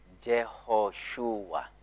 Jehoshua